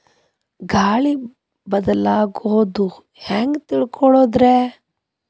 ಗಾಳಿ ಬದಲಾಗೊದು ಹ್ಯಾಂಗ್ ತಿಳ್ಕೋಳೊದ್ರೇ?